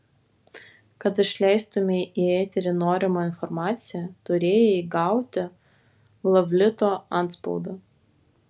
kad išleistumei į eterį norimą informaciją turėjai gauti glavlito antspaudą